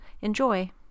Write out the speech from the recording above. enjoy